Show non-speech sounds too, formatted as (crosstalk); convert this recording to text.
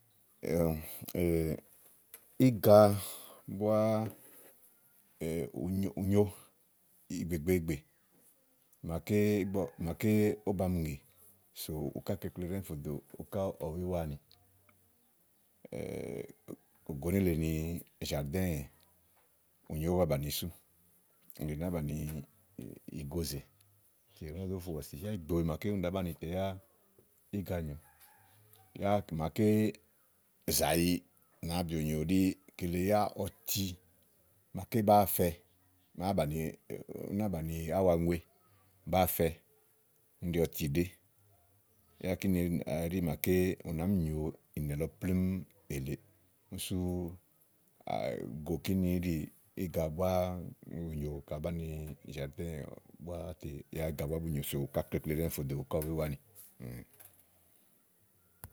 Yɔ (hesitation) íga búá (hesitation) ù nyo, ù nyo ìgbè gbèegbè màaké gbɔ màaké òwó ba mi ŋè, sò ukáklekle ɖɛ́ɛ́ fò dò uká ɔ̀wú úwaanì (hesitation) ògo nélèe ni zàrdɛ́ɛ bù nyo ówó bà bàni sú, mòole na bàáa bàni ìgozè úni bàzó fufù bɔ̀sì yɛnì ɖɛ́ɛ́ gbo màaké úni ɖàá banìi yá íga nyòo yá iku màaké zàyi nàáaa bì onyo ɖí kíle yá ɔti màaké bàáa fɛ máa bàniú náa bàni áwa ŋue bàáa fɛ úni ɖi ɔtiɖèé yá kíni ɛɛɖí màaké ù nàáá mi nyòo ìnɛ̀ lɔ plémú èlè sú (noise) go kíni i íɖì íga búá nyòo, ka àá banìì zarɖɛ̃ɛ̃ yá íga búá bù nyo sò ukáklekle ɖɛ́ɛ́ fò dò ukà ɔ̀ wúúwaanì.